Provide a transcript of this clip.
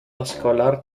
escolar